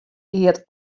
eat